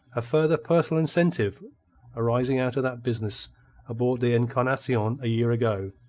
a further personal incentive arising out of that business aboard the encarnacion a year ago,